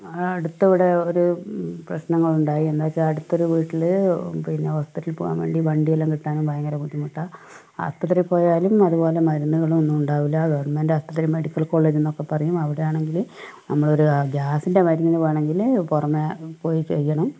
അടുത്തിവിടെ ഒരു പ്രശ്നങ്ങളുണ്ടായി എന്നു വച്ചാൽ അടുത്തൊരു വീട്ടിൽ പിന്നെ ഹോസ്പിറ്റലിൽ പോകുവാൻ വേണ്ടി വണ്ടിയെല്ലാം കിട്ടാനും ഭയങ്കര ബുദ്ധിമുട്ടാണ് ആസ്പത്രിയിൽപ്പോയാലും അതുപോലെ മരുന്നുകളും ഒന്നും ഉണ്ടാവില്ല ഗവൺമെൻ്റ് ആസ്പത്രി മെഡിക്കൽ കോളേജ് എന്നൊക്കെ പറയും അവിടെയാണെങ്കിൽ നമ്മളൊരു ഗ്യാസിൻ്റെ മരുന്നിനു വേണമെങ്കിൽ പുറമെ പോയി ചോദിക്കണം